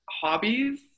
hobbies